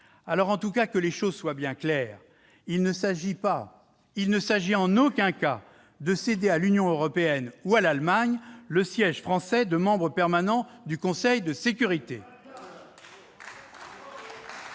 bloquée. Que les choses soient bien claires : il ne s'agit en aucun cas de céder à l'Union européenne ou à l'Allemagne le siège français de membre permanent du Conseil de sécurité.